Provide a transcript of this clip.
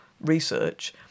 research